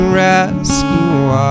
rescue